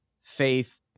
faith